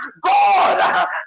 God